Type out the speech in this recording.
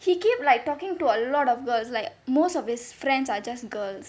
he keep like talking to a lot of girls like most of his friends are just girls